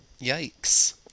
Yikes